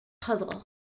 puzzle